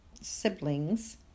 siblings